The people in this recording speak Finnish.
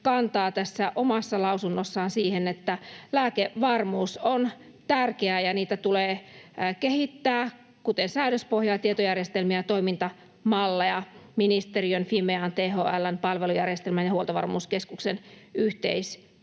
kantaa tässä omassa lausunnossaan myös siihen, että lääkevarmuus on tärkeä ja sitä tulee kehittää — kuten säädöspohjaa, tietojärjestelmiä ja toimintamalleja — ministeriön, Fimean, THL:n palvelujärjestelmän ja Huoltovarmuuskeskuksen yhteistyönä.